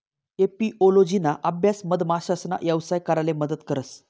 एपिओलोजिना अभ्यास मधमाशासना यवसाय कराले मदत करस